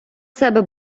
себе